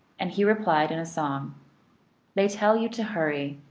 and he replied in a song they tell you to hurry